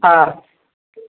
হ্যাঁ